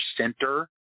center